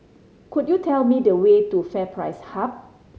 could you tell me the way to FairPrice Hub